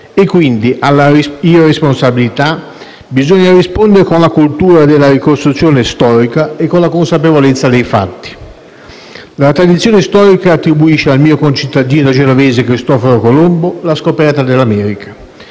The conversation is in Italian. americana. Alla irresponsabilità bisogna rispondere con la cultura della ricostruzione storica e con la consapevolezza dei fatti. La tradizione storica attribuisce al mio concittadino genovese Cristoforo Colombo la scoperta dell'America.